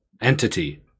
entity